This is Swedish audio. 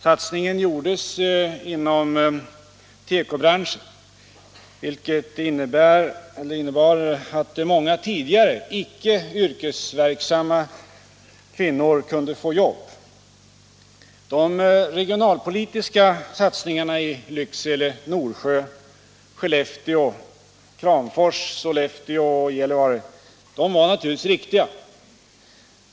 Satsningen gjordes inom tekobranschen, vilket innebar att många tidigare icke yrkesverksamma kvinnor kunde få jobb. De regionalpolitiska satsningarna i Lycksele, Norsjö, Skellefteå, Kramfors, Sollefteå och Gällivare var naturligtvis riktiga.